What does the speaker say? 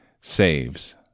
saves